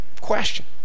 question